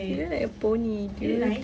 you look like a pony do you